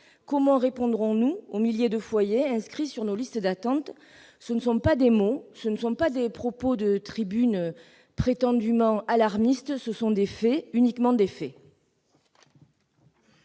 Comment répondrons-nous aux milliers de foyers inscrits sur nos listes d'attente ? Ce ne sont pas des mots ni des propos de tribune prétendument alarmistes ; ce sont des faits, uniquement des faits